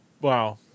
wow